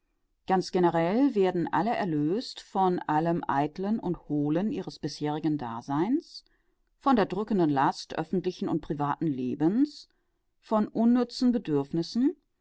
ganz generell werden alle erlöst von allem eitlen und hohlen ihres bisherigen daseins von der drückenden last öffentlichen und privaten lebens von unnützen bedürfnissen